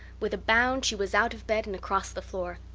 with a bound she was out of bed and across the floor.